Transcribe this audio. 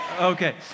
Okay